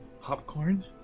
Popcorn